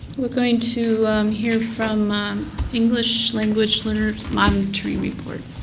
we're going to hear from um english language learners monitoring report.